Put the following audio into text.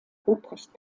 ruprecht